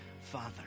Father